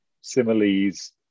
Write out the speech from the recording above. similes